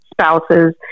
spouses